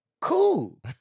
Cool